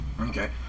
Okay